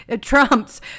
Trump's